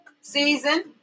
season